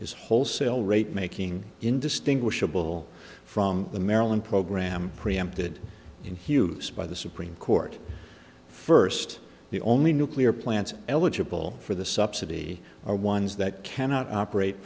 is wholesale rate making indistinguishable from the maryland program preempted in hughes by the supreme court first the only nuclear plants are eligible for the subsidy are ones that cannot operate